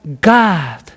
God